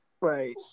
right